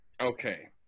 Okay